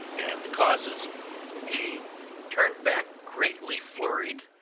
and the causes she turned back greatly flurried,